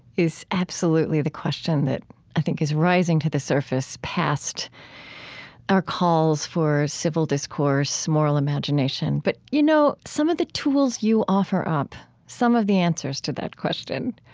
is absolutely the question that i think is rising to the surface past our calls for civil discourse, moral imagination. but you know some of the tools you offer up, some of the answers to that question,